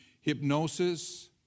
hypnosis